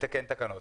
לתקן תקנות.